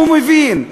הוא מבין,